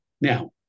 Now